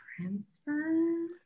transfer